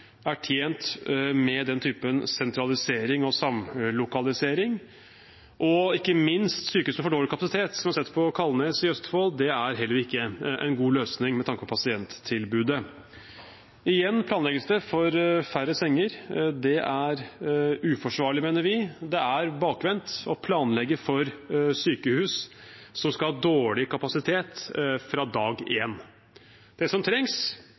er tjent med den typen sentralisering og samlokalisering. Og ikke minst: Sykehuset får dårligere kapasitet, slik vi har sett på Kalnes i Østfold. Det er heller ikke en god løsning med tanke på pasienttilbudet. Igjen planlegges det for færre senger. Det er uforsvarlig, mener vi. Det er bakvendt å planlegge for sykehus som skal ha dårlig kapasitet fra dag én. Det som trengs,